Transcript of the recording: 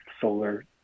solar